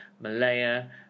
Malaya